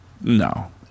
No